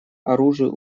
оружию